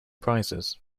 prizes